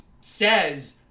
says